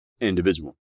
individual